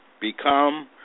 become